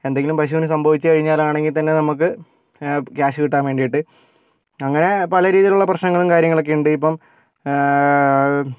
എന്തെങ്കിലും പശുവിന് സംഭവിച്ചു കഴിഞ്ഞാൽ ആണെങ്കിൽ തന്നെ നമുക്ക് കാശ് കിട്ടാൻ വേണ്ടിയിട്ട് അങ്ങനെ പലരീതിയിലുള്ള പ്രശ്നങ്ങളും കാര്യങ്ങളൊക്കെ ഉണ്ട് ഇപ്പം